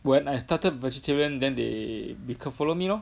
when I started vegetarian then they become follow me lor